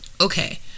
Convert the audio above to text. Okay